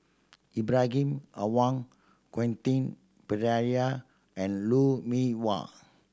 Ibrahim Awang Quentin Pereira and Lou Mee Wah